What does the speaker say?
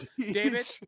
David